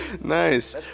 Nice